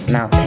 Now